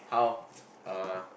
how uh